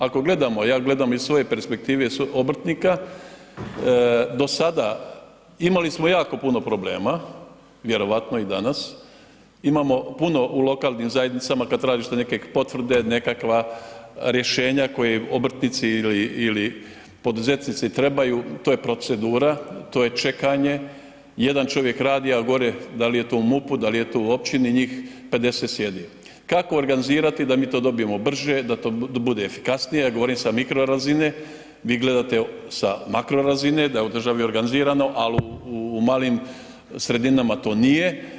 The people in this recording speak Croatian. Ako gledamo, a ja gledam iz svoje perspektive, s obrtnika, do sada imali smo jako puno problema, vjerojatno i danas, imamo puno u lokalnim zajednicama kad tražite neke potvrde, nekakva rješenja koje obrtnici ili poduzetnici trebaju, to je procedura, to je čekanje, jedan čovjek radi, a gore, dal' je to u MUP-u, dal' je to u Općini, njih pedeset sjedi, kako organizirati da mi to dobijemo brže, da to bude efikasnije, ja govorim sa mikro razine, vi gledate sa makro razine da je u državi organizirano, al' u malim sredinama to nije.